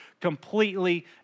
completely